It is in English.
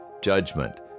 judgment